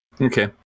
okay